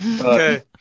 Okay